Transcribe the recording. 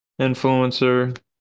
Influencer